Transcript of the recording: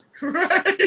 right